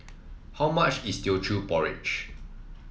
how much is Teochew Porridge